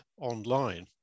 online